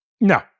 No